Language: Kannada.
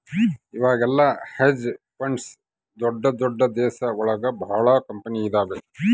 ಇವಾಗೆಲ್ಲ ಹೆಜ್ ಫಂಡ್ಸ್ ದೊಡ್ದ ದೊಡ್ದ ದೇಶ ಒಳಗ ಭಾಳ ಕಂಪನಿ ಇದಾವ